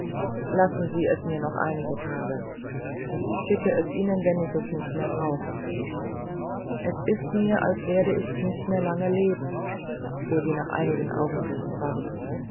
lassen sie es mir noch einige tage ich schicke es ihnen wenn ich es nicht mehr brauche es ist mir als werde ich nicht mehr lange leben fuhr sie nach einigen augenblicken fort